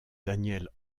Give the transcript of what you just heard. daniel